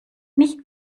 nicht